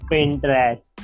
Pinterest